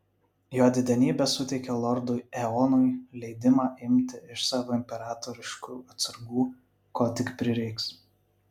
jo didenybė suteikė lordui eonui leidimą imti iš savo imperatoriškų atsargų ko tik prireiks